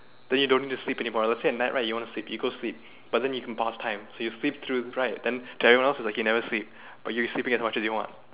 then you don't need to sleep anymore let's say at night right you want to sleep you go sleep but then you can pause time so you sleep through right then to everyone else it's like you never sleep but you sleeping as much as you want